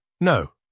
No